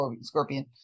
Scorpion